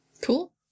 Cool